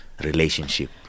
relationship